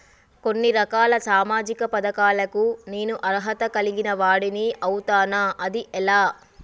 కొన్ని రకాల సామాజిక పథకాలకు నేను అర్హత కలిగిన వాడిని అవుతానా? అది ఎలా?